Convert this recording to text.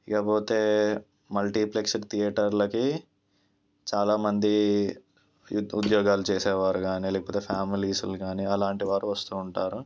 ఇకపోతే మల్టీప్లెక్స్ థియేటర్లకి చాలామంది ఉద్యోగాలు చేసేవారు కాని లేకపోతే ఫ్యామిలీస్లని కాని అలాంటి వారు వస్తూ ఉంటారు